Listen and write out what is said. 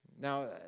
Now